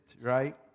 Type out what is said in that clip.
right